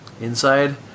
Inside